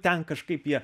ten kažkaip jie